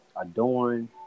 Adorn